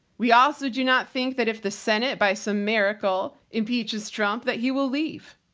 we also do not think that if the senate, by some miracle, impeaches trump, that he will leave.